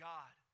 God